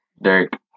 Derek